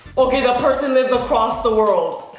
okay, that person lives across the world.